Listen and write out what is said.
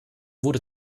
wurde